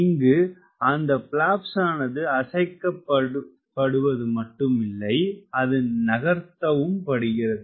இங்கு அந்த பிளாப்ஸானது அசைக்கப்டுவதுமட்டுமில்லை அது நகர்த்தவும்படுகிறது